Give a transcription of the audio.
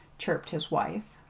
chirruped his wife.